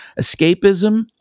escapism